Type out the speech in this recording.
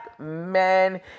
men